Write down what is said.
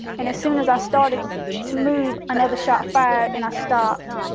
and as soon as i started to move, another shot fired and i stopped.